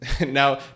Now